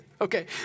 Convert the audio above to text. Okay